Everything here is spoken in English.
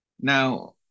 Now